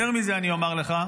יותר מזה אני אומר לך,